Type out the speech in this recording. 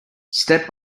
step